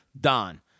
Don